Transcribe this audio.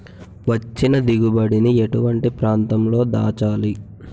వచ్చిన దిగుబడి ని ఎటువంటి ప్రాంతం లో దాచాలి?